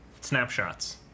snapshots